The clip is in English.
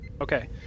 Okay